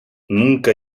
nunca